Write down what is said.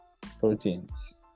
proteins